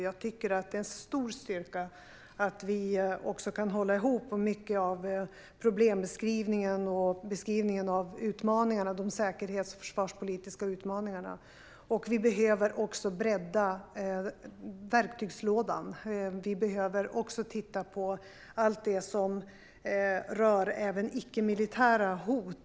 Jag tycker att det är en stor styrka att vi kan hålla ihop när det gäller mycket av problembeskrivningen och beskrivningen av de säkerhets och försvarspolitiska utmaningarna. Vi behöver också bredda verktygslådan och se på allt det som rör även icke-militära hot.